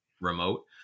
remote